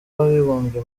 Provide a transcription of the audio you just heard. w’abibumbye